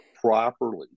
properly